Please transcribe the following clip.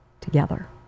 together